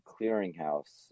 Clearinghouse